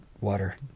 water